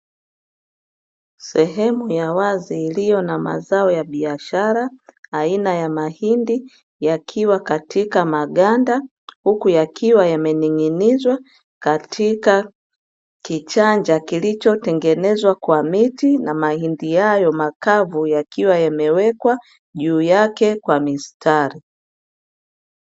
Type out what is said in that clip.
Sehemu ya wazi iliyo na mazao ya biashara aina ya mahindi, yakiwa katika magand, huku yakiwa yamening'inizwa katika kichanja kilichotengenezwa kwa miti na mahindi hayo makavu yakiwa yamewekwa juu yake kwa mistari.